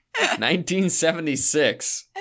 1976